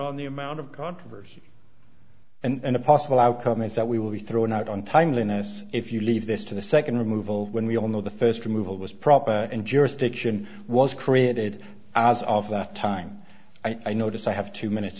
on the amount of controversy and a possible outcome is that we will be thrown out on timeliness if you leave this to the second removal when we all know the first removal was proper and jurisdiction was created as of the time i notice i have two minutes